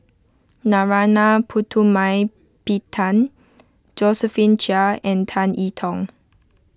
Narana Putumaippittan Josephine Chia and Tan I Tong